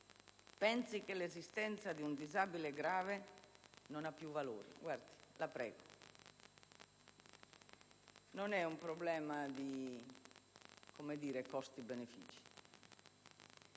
pensi che l'esistenza di un disabile grave non ha più valore. Guardi, la prego, non è un problema di costi-benefici.